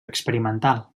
experimental